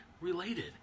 related